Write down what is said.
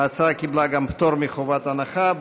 ההצעה קיבלה גם פטור מחובת הנחה.